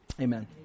Amen